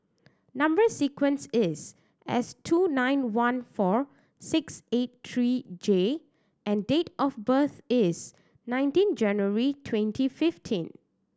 number sequence is S two nine one four six eight three J and date of birth is nineteen January twenty fifteen